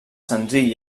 senzill